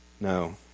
no